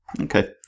okay